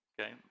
Okay